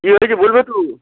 কী হয়েছে বলবে তো